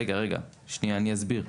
שנייה, אני אסביר.